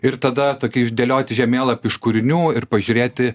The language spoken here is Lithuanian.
ir tada tokį išdėlioti žemėlapį iš kūrinių ir pažiūrėti